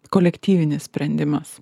kolektyvinis sprendimas